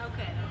Okay